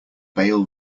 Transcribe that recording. bail